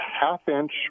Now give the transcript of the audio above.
half-inch